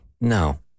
No